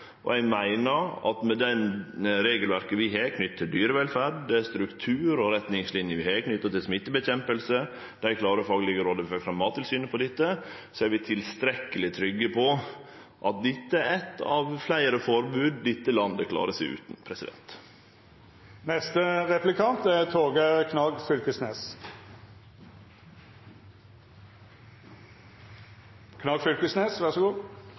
Eg meiner at med det regelverket vi har knytt til dyrevelferd, med dei strukturane og retningslinjene vi har knytte til å kjempe mot smitte, og med dei klare faglege råda vi får frå Mattilsynet om dette, er vi tilstrekkeleg trygge på at dette er eitt av fleire forbod dette landet klarer seg utan.